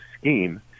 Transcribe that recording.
scheme